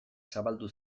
zabaldu